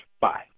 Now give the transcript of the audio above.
Bye